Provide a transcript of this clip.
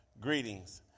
Greetings